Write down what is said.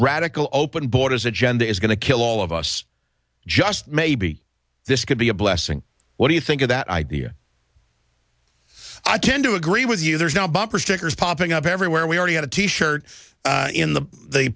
radical open borders agenda is going to kill all of us just maybe this could be a blessing what do you think of that idea i tend to agree with you there's now bumper stickers popping up everywhere we already had a t shirt in the